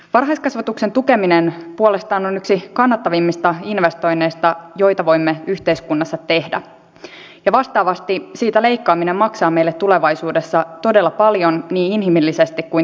varhaiskasvatuksen tukeminen puolestaan on yksi kannattavimmista investoinneista joita voimme yhteiskunnassa tehdä ja vastaavasti siitä leikkaaminen maksaa meille tulevaisuudessa todella paljon niin inhimillisesti kuin taloudellisesti